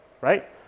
right